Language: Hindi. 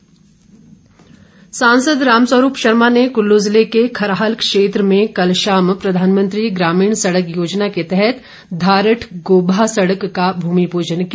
रामस्वरूप सांसद रामस्वरूप शर्मा ने कुल्लू ज़िले के खराहल क्षेत्र में कल शाम प्रधानमंत्री ग्रामीण सड़क योजना के तहत धारठ गोमा सड़क का भूमि पूजन किया